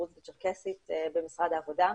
דרוזית, צ'רקסית במשרד העבודה,